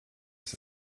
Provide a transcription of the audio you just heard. das